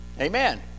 amen